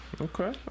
okay